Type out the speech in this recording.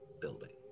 building